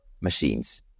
machines